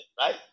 right